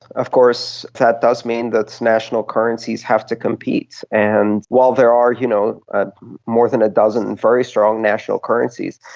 of course that does mean that national currencies have to compete, and while there are you know ah more than a dozen very strong national currencies,